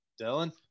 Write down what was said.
dylan